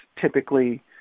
typically